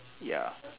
ya